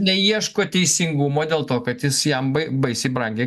neieško teisingumo dėl to kad jis jam bai baisiai brangiai